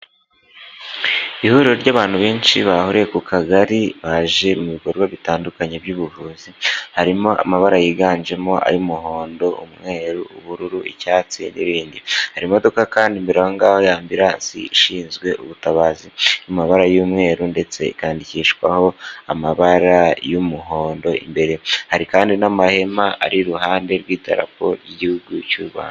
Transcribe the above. Ihuriro ry'abantu benshi bahuriye ku kagari baje mu bikorwa bitandukanye by'ubuvuzi harimo amabara yiganjemo ay'umuhondo ,umweru ,ubururu icyatsi n'ibindi hari imodoka kandi imbere aho ngaho y' ambirasi ishinzwe ubutabazi , amabara y'umweru ndetse ikandikishwaho amabara y'umuhondo imbere hari kandi n'amahema ari iruhande rw'idarapo ry'igihugu cy'u Rwanda.